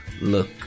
Look